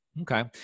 okay